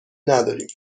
نداریم